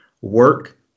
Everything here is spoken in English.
work